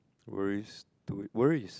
worries to worries